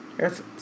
yes